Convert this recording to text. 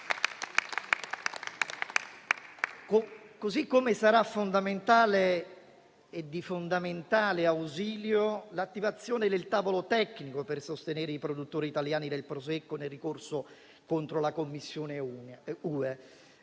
Così come sarà fondamentale e di fondamentale ausilio l'attivazione del tavolo tecnico per sostenere i produttori italiani del Prosecco nel ricorso contro la Commissione UE.